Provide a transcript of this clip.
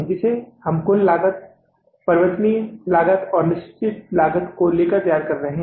जिसे हम कुल लागत परिवर्तनीय लागत और निर्धारित लागत को लेकर कर तैयार करते हैं